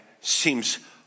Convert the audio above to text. seems